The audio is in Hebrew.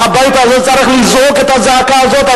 הבית הזה צריך לזעוק את הזעקה הזאת,